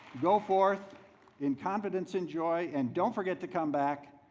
go forth in confidence and joy and don't forget to come back.